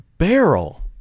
barrel